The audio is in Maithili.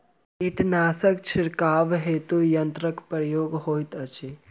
कीटनासक छिड़काव हेतु केँ यंत्रक प्रयोग होइत अछि?